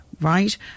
right